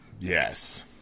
Yes